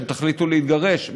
אם תחליטו להתגרש,